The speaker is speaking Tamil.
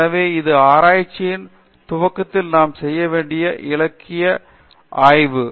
எனவே இது ஆராய்ச்சியின் துவக்கத்தில் நாம் செய்ய வேண்டிய இலக்கிய ஆய்வு